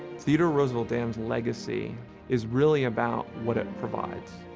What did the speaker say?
theodore roosevelt dam's legacy is really about what it provides,